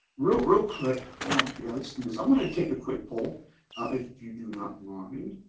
real real quick well yeah let's do this i'm going to take a quick poll if you do not want me